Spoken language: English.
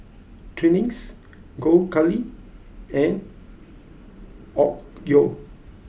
Twinings Gold Kili and Onkyo